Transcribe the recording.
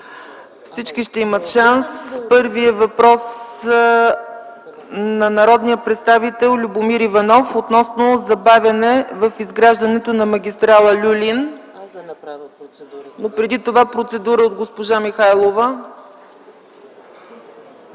господин Иванов. Следва въпрос от народния представител Любомир Иванов относно забавяне в изграждането на магистрала „Люлин”. Преди това – процедура от госпожа Михайлова.